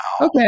okay